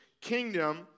kingdom